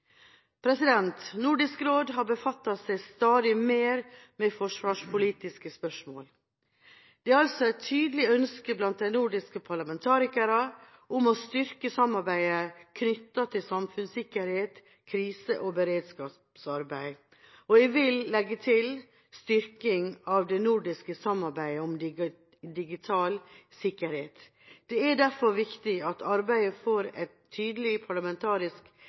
Nordisk råd har befattet seg stadig mer med forsvarspolitiske spørsmål. Det er altså et tydelig ønske blant nordiske parlamentarikere om å styrke samarbeidet knyttet til samfunnssikkerhet, krise og beredskap og – jeg vil legge til – å styrke det nordiske samarbeidet om digital sikkerhet. Det er derfor viktig at arbeidet får en tydelig parlamentarisk